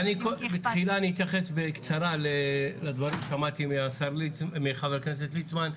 בתחילה אתייחס בקצרה לדברים ששמעתי מחבר הכנסת ליצמן.